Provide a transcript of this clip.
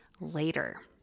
later